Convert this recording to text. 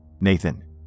Nathan